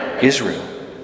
Israel